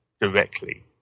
directly